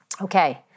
Okay